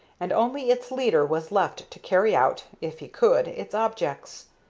and only its leader was left to carry out, if he could, its objects.